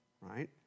right